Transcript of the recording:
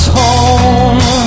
home